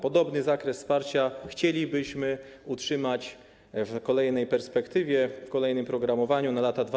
Podobny zakres wsparcia chcielibyśmy utrzymać w kolejnej perspektywie, w kolejnym programowaniu na lata 2021–2027.